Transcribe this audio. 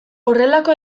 horrelako